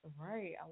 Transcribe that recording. right